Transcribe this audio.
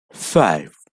five